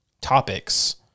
topics